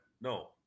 No